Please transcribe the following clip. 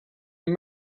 and